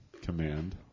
command